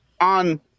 on